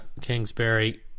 Kingsbury